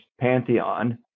pantheon